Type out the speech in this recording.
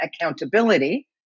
accountability